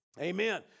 Amen